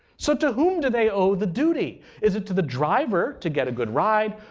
so to whom do they owe the duty? is it to the driver to get a good ride,